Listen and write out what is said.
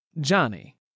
Johnny